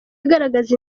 igaragaza